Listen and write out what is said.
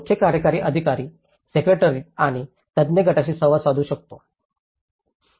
मुख्य कार्यकारी अधिकारी सेक्रेटरीत आणि तज्ञ गटाशी संवाद साधून